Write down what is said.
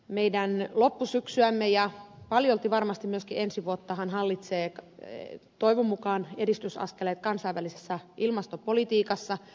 meidän loppusyksyämme ja paljolti varmasti myöskin ensi vuottahan hallitsee toivon mukaan edistysaskeleet kansainvälisessä ilmastopolitiikassa